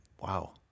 Wow